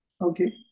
Okay